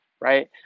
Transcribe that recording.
right